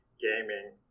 gaming